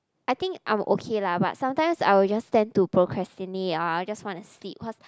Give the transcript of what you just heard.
I think I'm okay lah but sometimes I will just tend to procrastinate I just want to sleep cause